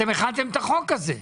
אתם הכנתם את החוק הזה.